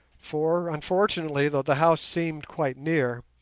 for, unfortunately, though the house seemed quite near,